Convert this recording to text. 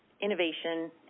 innovation